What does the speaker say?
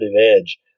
edge